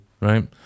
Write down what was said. right